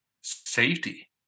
Safety